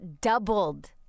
doubled